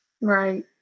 right